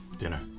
Dinner